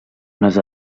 unes